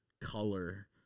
color